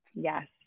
yes